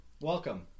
welcome